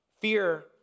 Fear